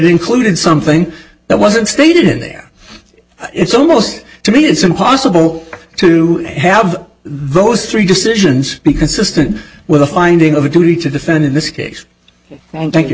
included something that wasn't stated in there it's almost to me it's impossible to have those three decisions be consistent with a finding of a duty to defend in this case thank you